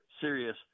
serious